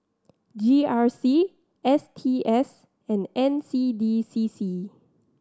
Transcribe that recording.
G R C S T S and N C D C C